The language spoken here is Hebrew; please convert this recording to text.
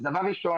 אז דבר ראשון,